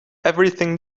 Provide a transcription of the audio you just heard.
everything